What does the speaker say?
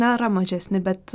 nėra mažesni bet